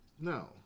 no